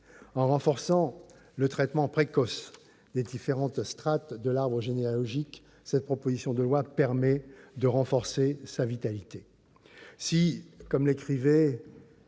En renforçant le traitement précoce des différentes strates de l'arbre généalogique, cette proposition de loi permet de renforcer sa vitalité.